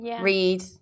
read